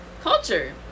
culture